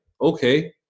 okay